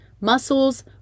muscles